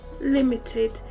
limited